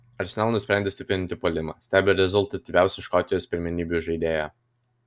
arsenal nusprendė stiprinti puolimą stebi rezultatyviausią škotijos pirmenybių žaidėją